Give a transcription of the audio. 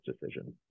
decisions